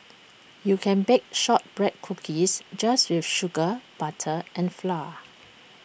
you can bake Shortbread Cookies just with sugar butter and flour